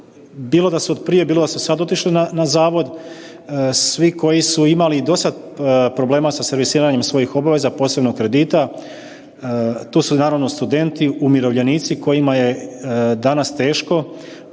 bilo da su prije, bilo da su sad otišli na Zavod, svi koji su imali i dosad problema sa servisiranjem svojih obaveza, posebno kredita, tu su naravno studenti, umirovljenici kojima je danas teško.